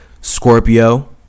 Scorpio